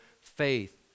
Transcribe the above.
faith